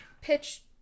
Pitch